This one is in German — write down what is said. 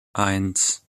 eins